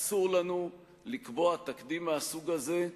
אסור לנו לקבוע תקדים מהסוג הזה.